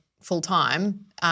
full-time